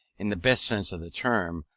in the best sense of the term,